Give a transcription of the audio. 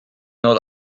not